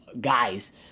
guys